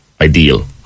ideal